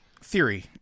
Theory